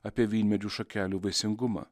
apie vynmedžių šakelių vaisingumą